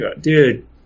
dude